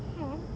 !aww!